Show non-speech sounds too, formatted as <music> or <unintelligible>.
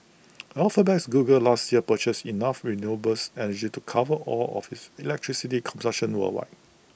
<noise> Alphabet's Google last year purchased enough renewable <unintelligible> energy to cover all of its electricity <unintelligible> worldwide